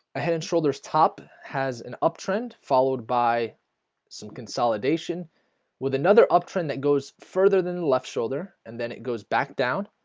a head and shoulders top has an uptrend followed by some consolidation with another uptrend that goes further than the left shoulder and then it goes back down,